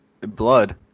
blood